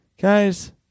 guys